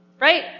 right